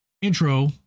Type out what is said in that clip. intro